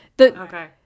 Okay